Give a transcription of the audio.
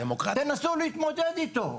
תנסו להתמודד איתו.